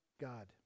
God